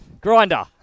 Grinder